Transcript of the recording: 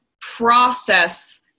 process